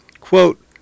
quote